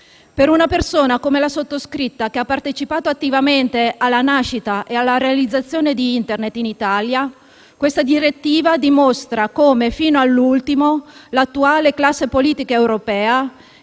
Per una persona come la sottoscritta che ha partecipato attivamente alla nascita e alla realizzazione di Internet in Italia, questa direttiva dimostra come, fino all'ultimo, l'attuale classe politica europea